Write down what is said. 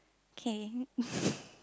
okay